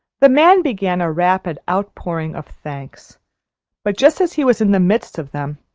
the man began a rapid outpouring of thanks but, just as he was in the midst of them,